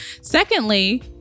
Secondly